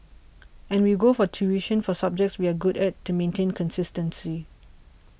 and we go for tuition for subjects we are good at to maintain consistency